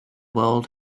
world